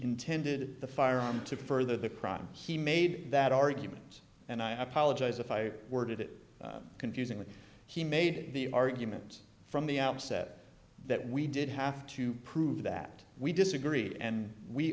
intended the firearm to further the crime he made that argument and i apologize if i were to confusing that he made the argument from the outset that we did have to prove that we disagreed and we